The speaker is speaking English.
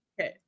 okay